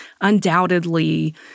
undoubtedly